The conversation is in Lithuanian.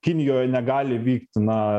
kinijoje negali vykti na